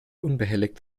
unbehelligt